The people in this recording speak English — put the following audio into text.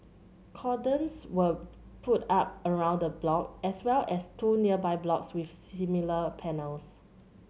cordons were put up around the block as well as two nearby blocks with similar panels